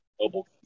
mobile